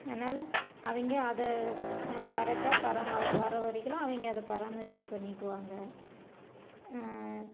அதனால் அவங்க அதை ந கரெக்டாக பரா அவங்க வர வரைக்கெலாம் அவங்க அதை பராமரிப்பு பண்ணிக்குவாங்க